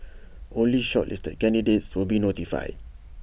only shortlisted candidates will be notified